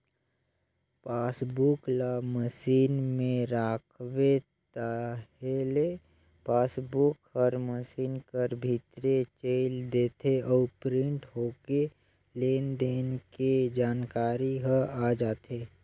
passbook ल machine में राखबे ताहले पासबुक हर मसीन कर भीतरे चइल देथे अउ प्रिंट होके लेन देन के जानकारी ह आ जाथे